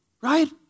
right